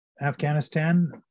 Afghanistan